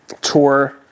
tour